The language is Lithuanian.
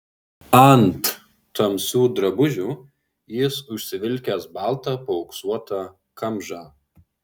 ant tamsių drabužių jis užsivilkęs baltą paauksuotą kamžą